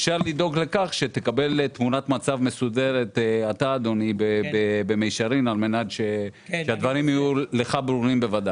אפשר לדאוג לכך שתקבל תמונת מצב מסודרת על מנת שהדברים יהיו לך ברורים.